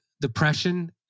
depression